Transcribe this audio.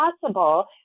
possible